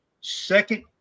second